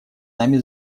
нами